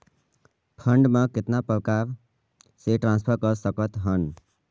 Fund मे कतना प्रकार से ट्रांसफर कर सकत हन?